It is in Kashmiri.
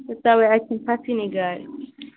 تہٕ توے اتہِ چھِ نہٕ کھسٲنی گاڈٕ